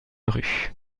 rue